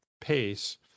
pace